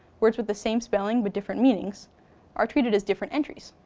words with the same spelling but different meanings are treated as different entries.